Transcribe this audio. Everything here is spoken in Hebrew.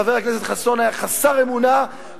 חבר הכנסת חסון היה חסר אמונה,